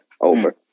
over